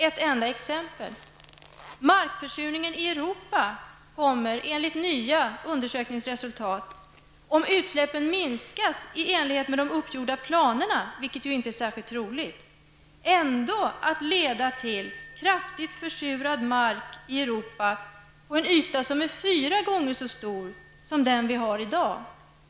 Ett enda exempel: Om utsläppen minskas i enlighet med de uppgjorda planerna, vilket inte är särskilt troligt, kommer markförsurningen i Europa enligt nya undersökningsresultat ändå år 2040 att leda till kraftigt försurad mark på en yta som är fyra gånger så stor som den i dag.